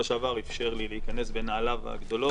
שעבר אפשר לי להיכנס בנעליו הגדולות.